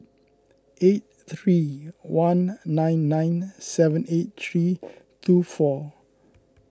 eight three one nine nine seven eight three two four